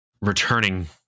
returning